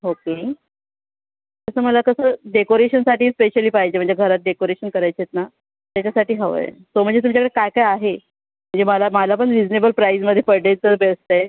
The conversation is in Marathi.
ओके तसं मला कसं डेकोरेशनसाठी स्पेशली पाहिजे म्हणजे घरात डेकोरेशन करायचे आहेत ना त्याच्यासाठी हवं आहे तो म्हणजे तुमच्याकडे काय काय आहे जे मला मला पण रिजनेबल प्राईजमध्ये पडले तर बेस्ट आहे